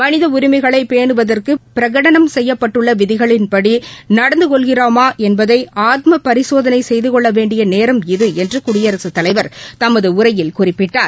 மனித உரிமைகளை பேனுவதற்கு பிரகடனம் செய்யப்பட்டுள்ள விதிகளின்படி நடந்து கொள்கிறோமா என்பதை ஆத்ம பரிசோதனை செய்து கொள்ள வேண்டிய நேரம் இது என்று குடியரசுத் தலைவர் தமது உரையில் குறிப்பிட்டார்